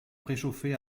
préchauffé